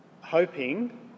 hoping